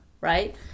right